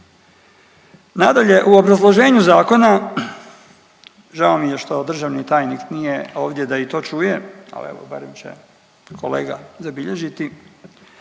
Nadalje, u obrazloženju zakona, žao mi je što državni tajnik nije ovdje da i to čuje, ali evo barem će kolega zabilježiti